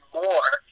more